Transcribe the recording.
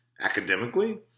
academically